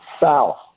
south